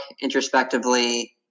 introspectively